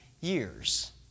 years